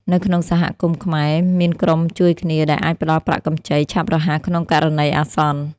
នៅក្នុងសហគមន៍ខ្មែរ មានក្រុមជួយគ្នាដែលអាចផ្តល់ប្រាក់កម្ចីឆាប់រហ័សក្នុងករណីអាសន្ន។